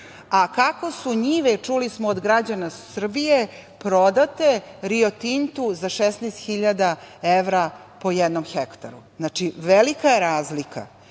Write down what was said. a kako su njive, čuli smo od građana Srbije, prodate „Rio Tintu“ za 16.000 evra po jednom hektaru? Velika je razlika.